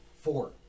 Four